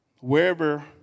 Wherever